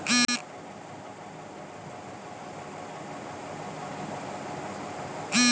छोट भेड़ सन के मांस खाए में निमन होला